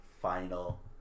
final